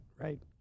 right